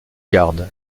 garde